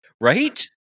right